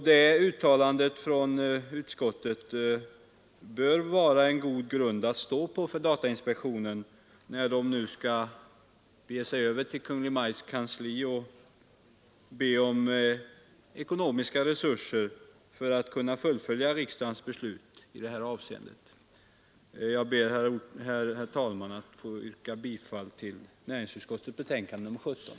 Detta uttalande från utskottet bör vara en god grund att stå på för datainspektionen när den nu skall bege sig över till Kungl. Maj:ts kansli och be om ekonomiska resurser för att kunna fullfölja riksdagsbeslutet i detta avseende. Jag ber, herr talman, att få yrka bifall till näringsutskottets hemställan i betänkandet nr 17.